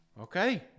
Okay